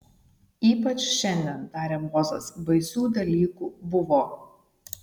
ypač šiandien tarė bozas baisių dalykų buvo